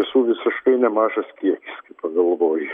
tiesų visiškai nemažas kiekis kai pagalvoji